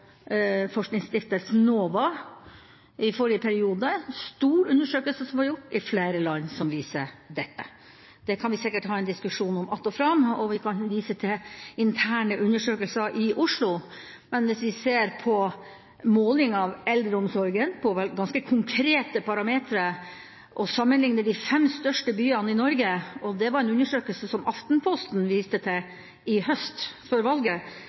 i forrige periode, en stor undersøkelse som var gjort i flere land, som viste dette. Det kan vi sikkert ha en diskusjon om att og fram, og vi kan vise til interne undersøkelser i Oslo, men hvis vi ser på måling av eldreomsorgen på ganske konkrete parametere og sammenlikner de fem største byene i Norge – det var en undersøkelse som Aftenposten viste til i høst før valget